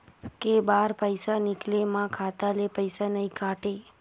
के बार पईसा निकले मा खाता ले पईसा नई काटे?